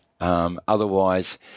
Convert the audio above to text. Otherwise